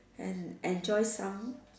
and enjoy some